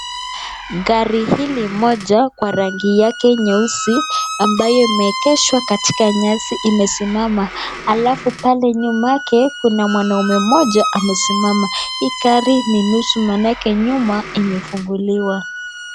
Gari hili moja kwa rangi yake nyeusi, ambayo imeegeshwa katika nyasi imesimama. Alafu pale nyumake kuna mwanaume mmoja amesimama. Hii gari ni nusu, manaake nyuma imefunguliwa.